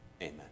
Amen